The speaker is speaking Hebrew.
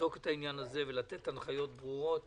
לבדוק את העניין הזה ולתת הנחיות ברורות